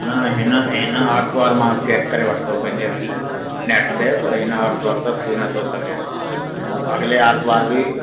न हिन हिन आर्तवार मां चैक करे वरितो पंहिंजे नेट ते त हिन आर्तवार त थी नथो सघे ऐं अॻिले आर्तवारु बि